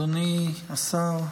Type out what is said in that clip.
אדוני השר,